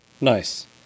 Nice